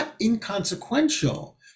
inconsequential